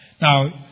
Now